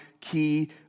key